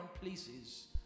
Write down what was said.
places